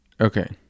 okay